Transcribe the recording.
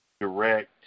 direct